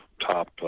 top